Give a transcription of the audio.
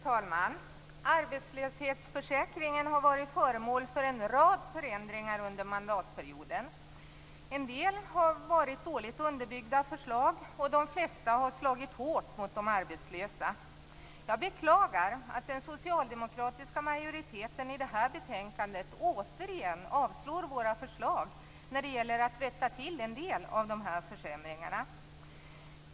Fru talman! Arbetslöshetsförsäkringen har varit föremål för en rad förändringar under mandatperioden. En del har varit dåligt underbyggda förslag, och de flesta har slagit hårt mot de arbetslösa. Jag beklagar att den socialdemokratiska majoriteten i det här betänkandet återigen avslår Vänsterpartiets förslag när det gäller att rätta till en del av de här försämringarna.